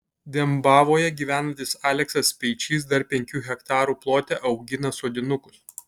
dembavoje gyvenantis aleksas speičys dar penkių hektarų plote augina sodinukus